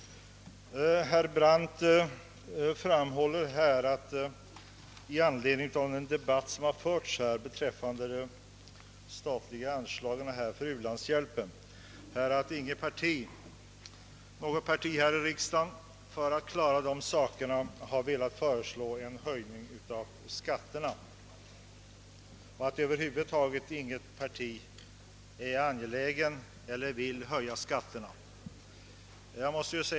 Herr Brandt framhöll att anledningen till den debatt som nu föres beträffande de statliga anslagen för u-hjälpen är att inget parti här i riksdagen har velat föreslå en höjning av skatterna för att finansiera denna hjälp och att över huvud taget inget parti är angeläget om att höja skatterna.